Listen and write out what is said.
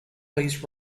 please